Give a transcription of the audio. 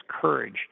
courage